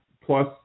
plus